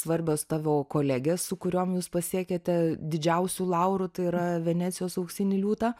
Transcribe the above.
svarbios tavo kolegės su kuriom jūs pasiekėte didžiausių laurų tai yra venecijos auksinį liūtą